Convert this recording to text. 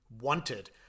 wanted